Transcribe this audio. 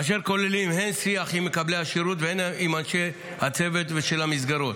אשר כוללים הן שיח עם מקבלי השירות והן עם אנשי הצוות של המסגרות.